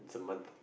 it's a month